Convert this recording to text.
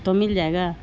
تو مل جائے گا